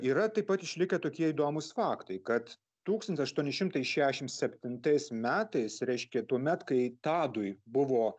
yra taip pat išlikę tokie įdomūs faktai kad tūkstantis aštuoni šimtai šešiasdešimt septintais metais reiškė tuomet kai tadui buvo